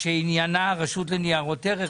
שעניינה הרשות לניירות ערך,